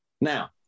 Now